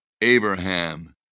Abraham